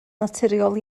naturiol